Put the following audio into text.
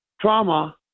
trauma